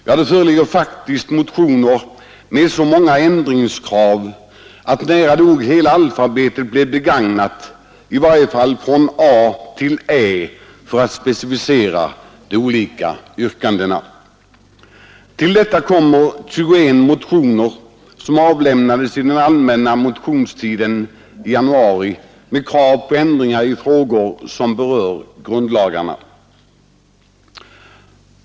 Ja, det förelåg faktiskt motioner med så många ändringskrav att nära nog hela alfabetet — i varje fall från A till Ä — blev använt för att specificera de olika yrkandena. Till detta kommer sedan 21 motioner, väckta under den allmänna motionstiden i januari, med krav på ändringar i frågor som berör grundlagarna.